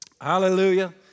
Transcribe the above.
Hallelujah